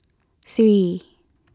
three